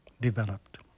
developed